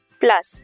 plus